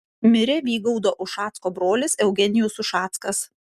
mirė vygaudo ušacko brolis eugenijus ušackas